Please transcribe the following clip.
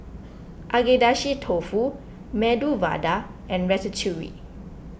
Agedashi Dofu Medu Vada and Ratatouille